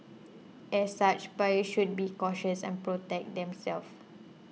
as such buyers should be cautious and protect them self